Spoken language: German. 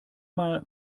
mal